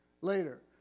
later